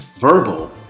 Verbal